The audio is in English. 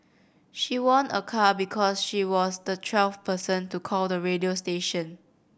she won a car because she was the twelfth person to call the radio station